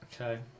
Okay